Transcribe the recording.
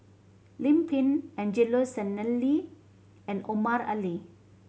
Lim Pin Angelo Sanelli and Omar Ali